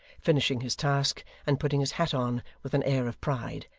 finishing his task, and putting his hat on with an air of pride.